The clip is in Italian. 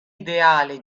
ideale